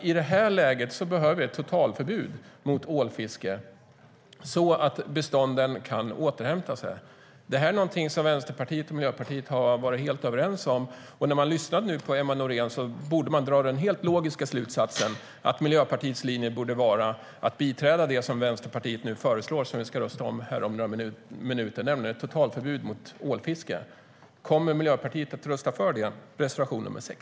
I det här läget behöver vi ett totalförbud mot ålfiske, så att bestånden kan återhämta sig. Det här är någonting som Vänsterpartiet och Miljöpartiet har varit helt överens om. Efter att ha lyssnat på Emma Nohrén borde man kunna dra den helt logiska slutsatsen att Miljöpartiets linje vore att biträda det som Vänsterpartiet nu föreslår och som vi ska rösta om här om några minuter, nämligen ett totalförbud mot ålfiske. Kommer Miljöpartiet att rösta för reservation nr 6?